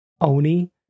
oni